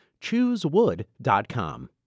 Choosewood.com